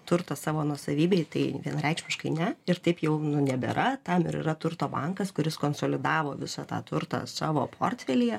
turtą savo nuosavybėj tai vienareikšmiškai ne ir taip jau nebėra tam ir yra turto bankas kuris konsolidavo visą tą turtą savo portfelyje